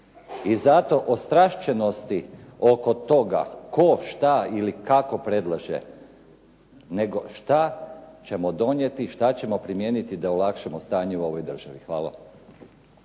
I zato … oko toga, tko, što ili kako predlaže, nego što ćemo donijeti, što ćemo primijeniti da olakšamo stanje u ovoj državi. Hvala.